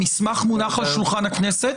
המסמך מונח על שולחן הכנסת,